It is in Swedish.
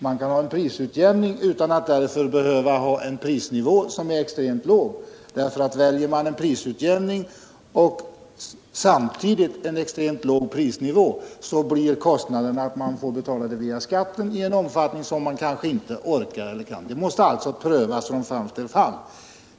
Man kan ha en prisutjämning utan att därför behöva ha en extremt låg prisnivå. Väljer man en prisutjämning och samtidigt en extremt låg prisnivå blir kostnaderna sådana att man får betala dem via skatten i en omfattning som man kanske inte orkar med. Detta måste alltså prövas från fall till fall.